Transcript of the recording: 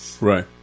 Right